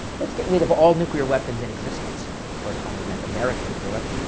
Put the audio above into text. let's get rid of all nuclear weapons in existence, which of course only meant american nuclear weapons.